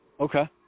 Okay